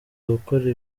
gukora